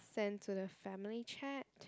send to the family chat